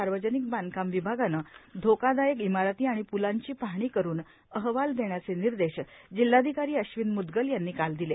सार्वजनिक बांधकाम विभागाने धोकादायक इमारती आणि प्लांची पाहणी करून अहवाल देण्याचे निर्देश जिल्हाधिकारी अश्विन मुदगल यांनी काल दिले